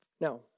Now